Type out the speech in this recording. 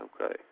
Okay